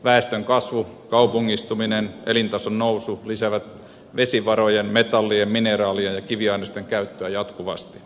väestönkasvu kaupungistuminen ja elintason nousu lisäävät vesivarojen metallien mineraalien ja kiviainesten käyttöä jatkuvasti